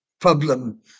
problem